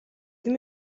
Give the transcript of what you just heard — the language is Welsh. ddim